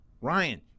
Ryan